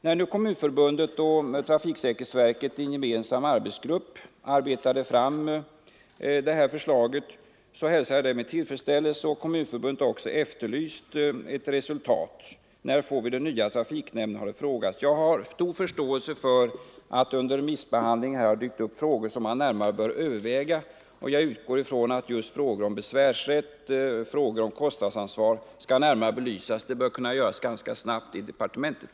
När Kommunförbundet och trafiksäkerhetsverket i en gemensam arbetsgrupp arbetade fram det här förslaget hälsades det med tillfredsställelse. Kommunförbundet efterlyste också ett resultat. När får vi de nya trafiknämnderna? har det frågats. Jag har stor förståelse för att det under remissbehandlingen har dykt upp frågor som man närmare bör överväga, och jag utgår ifrån att bl.a. frågor om besvärsrätt och kostnadsansvar skall närmare belysas. Det bör kunna göras ganska snabbt i departementet.